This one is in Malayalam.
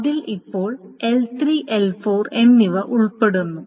അതിൽ ഇപ്പോൾ L3 L4 എന്നിവ ഉൾപ്പെടുന്നു